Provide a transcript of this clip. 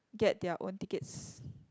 get their own tickets